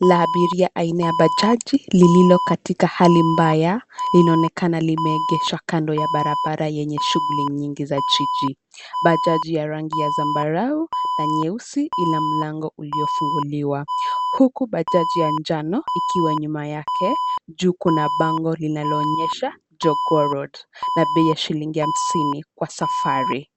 la abiria aina ya bajaji lililo katika hali mbaya linaonekana limeegeshwa kando ya barabara yenye shughuli nyingi za jiji. Bajaji ya rangi ya zambarau na nyeusi ina mlango uliofunguliwa. Huku bajaji ya njano ikiwa nyuma yake, juu kuna bango linaloonyesha Jogoo Road na bei ya shilingi hamsini kwa safari.